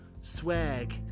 swag